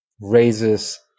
raises